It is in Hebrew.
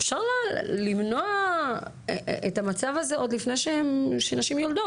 אפשר למנוע את המצב הזה עוד לפני שנשים יולדות.